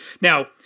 Now